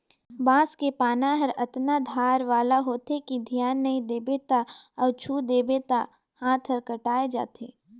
बांस के पाना हर अतना धार वाला होथे कि धियान नई देबे त अउ छूइ देबे त हात हर कटाय जाथे